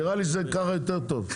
נראה לי שככה יותר טוב.